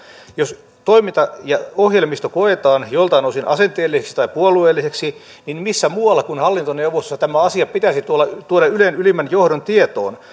jos toiminta ja ohjelmisto koetaan joltain osin asenteelliseksi tai puolueelliseksi niin missä muualla kuin hallintoneuvostossa tämä asia pitäisi tuoda ylen ylimmän johdon tietoon